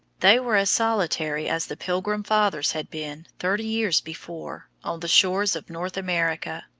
they were as solitary as the pilgrim fathers had been, thirty years before, on the shores of north america.